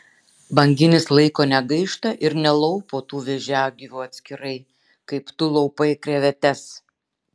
banginis laiko negaišta ir nelaupo tų vėžiagyvių atskirai kaip tu laupai krevetes